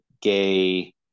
gay